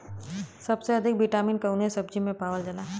सबसे अधिक विटामिन कवने सब्जी में पावल जाला?